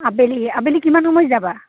আবেলি আবেলি কিমান সময়ত যাবা